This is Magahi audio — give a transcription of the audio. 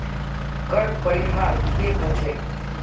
कर परिहार की ह छेक